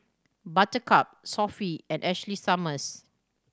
Buttercup Sofy and Ashley Summers